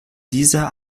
dieser